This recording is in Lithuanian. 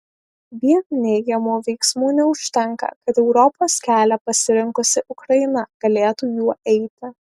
vien neigiamų veiksmų neužtenka kad europos kelią pasirinkusi ukraina galėtų juo eiti